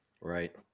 Right